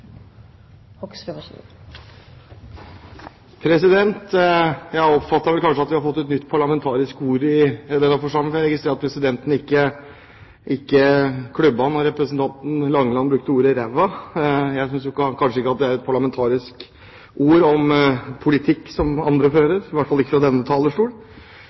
Jeg oppfatter at vi kanskje har fått et nytt parlamentarisk uttrykk i denne forsamlingen, for jeg registrerer at presidenten ikke klubbet da representanten Langeland brukte ordet «ræva». Jeg synes ikke det er et parlamentarisk uttrykk om politikk som andre fører, i hvert fall ikke fra denne talerstol.